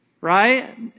Right